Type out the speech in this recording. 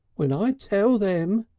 when i tell them